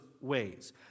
ways